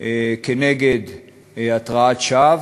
על התרעת שווא.